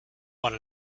one